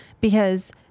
because-